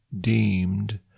deemed